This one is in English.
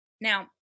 Now